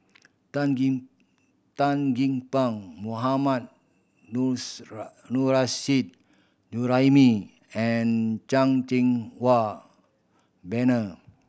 Tan Gee Tan Gee Paw Mohammad Juraimi and Chan Cheng Wah Bernard